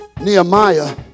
Nehemiah